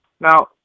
Now